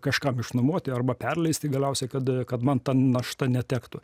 kažkam išnuomoti arba perleisti galiausiai kad kad man ta našta netektų